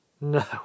no